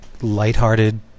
light-hearted